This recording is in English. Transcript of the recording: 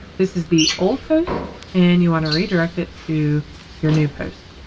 this is the old post and you want to redirect it to your new post.